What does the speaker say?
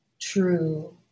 true